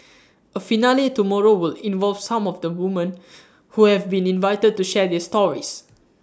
A finale tomorrow will involve some of the women who have been invited to share their stories